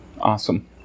awesome